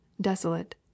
desolate